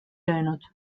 löönud